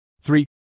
Three